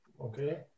okay